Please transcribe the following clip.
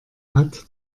hat